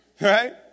Right